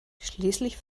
schließlich